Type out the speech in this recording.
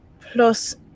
plus